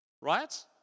right